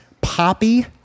poppy